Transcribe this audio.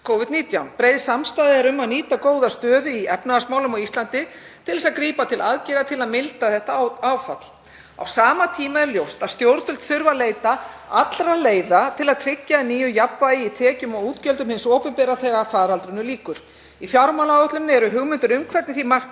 Covid-19. Breið samstaða er um að nýta góða stöðu í efnahagsmálum á Íslandi til þess að grípa til aðgerða til að milda þetta áfall. Á sama tíma er ljóst að stjórnvöld þurfa að leita allra leiða til að tryggja að nýju jafnvægi í tekjum og útgjöldum hins opinbera þegar faraldrinum lýkur. Í fjármálaáætlun eru hugmyndir um hvernig því markmiði